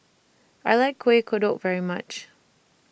I like Kuih Kodok very much